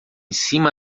cima